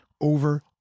over